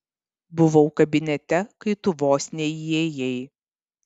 buvau kabinete kai tu vos neįėjai